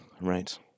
right